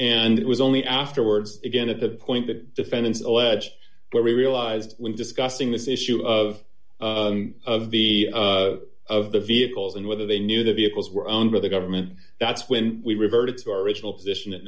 and it was only afterwards again at the point that defendants allege where we realized when discussing this issue of of the of the vehicles and whether they knew the vehicles were owned by the government that's when we reverted to our original position